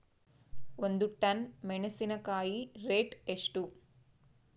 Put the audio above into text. ಒಂದು ಟನ್ ಮೆನೆಸಿನಕಾಯಿ ರೇಟ್ ಎಷ್ಟು?